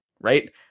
right